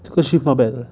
这个 shift not bad 的